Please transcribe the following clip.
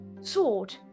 sword